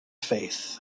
faith